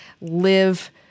live